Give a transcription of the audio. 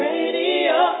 Radio